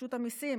רשות המיסים,